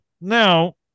Now